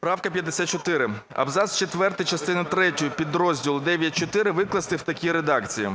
Правка 54. Абзац четвертий, частину третю підрозділу 9.4 викласти в такій редакції: